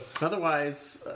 Otherwise